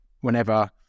whenever